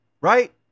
Right